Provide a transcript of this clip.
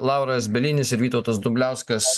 lauras bielinis ir vytautas dumbliauskas